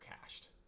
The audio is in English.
cached